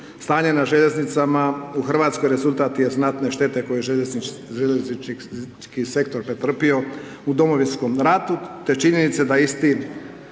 Stanje na željeznicama u Hrvatskoj rezultat je znatne štete koje je željeznički sektor pretrpio u Domovinskom ratu te je činjenica da isti